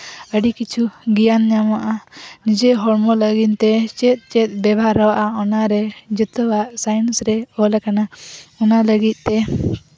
ᱟᱹᱰᱤ ᱠᱤᱪᱷᱩ ᱜᱮᱭᱟᱱ ᱧᱟᱢᱚᱜᱼᱟ ᱡᱮ ᱦᱚᱲᱢᱚ ᱞᱟᱹᱜᱤᱫᱛᱮ ᱪᱮᱫ ᱪᱮᱫ ᱵᱮᱣᱦᱟᱨᱚᱜᱼᱟ ᱚᱱᱟᱨᱮ ᱡᱚᱛᱚᱣᱟᱜ ᱥᱟᱭᱮᱱᱥ ᱨᱮ ᱚᱞ ᱟᱠᱟᱱᱟ ᱚᱱᱟ ᱞᱟᱹᱜᱤᱫᱛᱮ